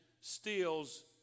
steals